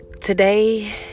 Today